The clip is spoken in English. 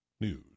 News